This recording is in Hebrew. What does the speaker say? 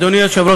אדוני היושב-ראש,